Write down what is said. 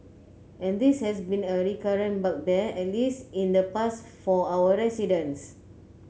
and this has been a recurrent bugbear at least in the past for our residents